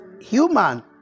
human